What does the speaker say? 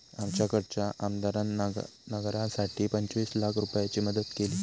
आमच्याकडच्या आमदारान नगरासाठी पंचवीस लाख रूपयाची मदत केली